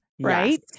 Right